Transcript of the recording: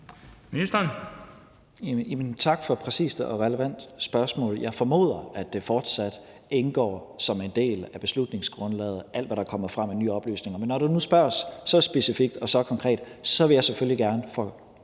Tesfaye): Tak for et præcist og relevant spørgsmål. Jeg formoder, at det fortsat indgår som en del af beslutningsgrundlaget, altså alt, hvad der er kommet frem af nye oplysninger. Men når der nu spørges så specifikt og så konkret, vil jeg selvfølgelig gerne for